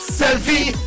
selfie